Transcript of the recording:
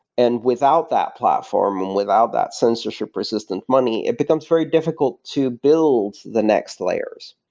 and without that platform and without that censorship persistent money, it becomes very difficult to build the next layers,